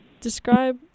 Describe